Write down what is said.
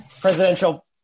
presidential